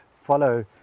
follow